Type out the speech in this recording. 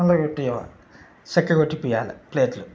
మళ్ళా కొట్టించాలి చెక్క కొట్టించాలి ప్లేట్లు